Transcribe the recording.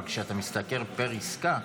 אבל כשאתה מסתכל פר עסקה,